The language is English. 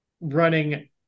running